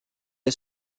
est